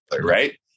Right